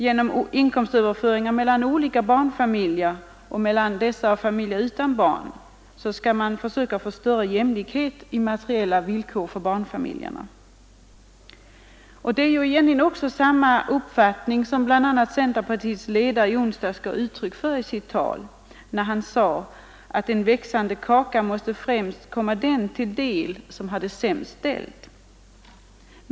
Genom inkomstöverföringar mellan olika barnfamiljer, och mellan dessa och familjer utan barn, skall större jämlikhet i materiella villkor skapas för barnfamiljerna. Det är samma uppfattning som bl.a. centerpartiets ledare i onsdags gav uttryck för i sitt tal. Han sade: En växande kaka måste främst komma den till del som har det sämst ställt.